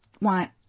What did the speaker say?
want